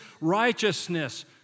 righteousness